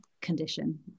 condition